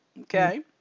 Okay